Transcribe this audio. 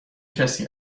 کسی